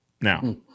Now